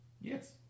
Yes